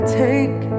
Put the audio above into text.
take